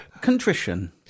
contrition